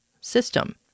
system